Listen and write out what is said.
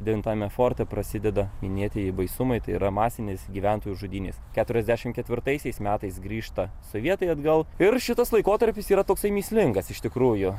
devintajame forte prasideda minėtieji baisumai tai yra masinės gyventojų žudynės keturiasdešim ketvirtaisiais metais grįžta sovietai atgal ir šitas laikotarpis yra toksai mįslingas iš tikrųjų